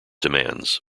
demands